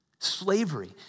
slavery